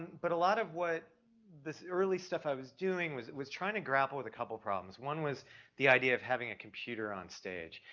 but a lot of what this early stuff i was doing was, was trying to grapple with a couple problems. one was the idea of having a computer onstage.